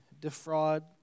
defraud